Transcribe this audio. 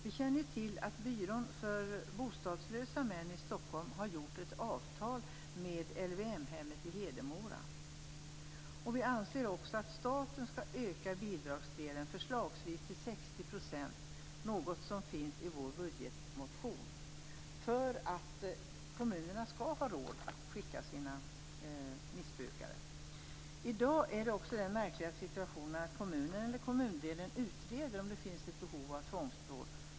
Vi känner till att byrån för bostadslösa män i Stockholm har träffat ett avtal med LVM-hemmet i Hedemora. Vi anser att staten skall öka bidragsdelen, förslagsvis till 60 %, något som föreslås i vår budgetmotion, för att kommunerna skall ha råd att skicka sina missbrukare till vårdhem. I dag är det också den märkliga situationen att kommunen eller kommundelen utreder om det finns ett behov av tvångsvård.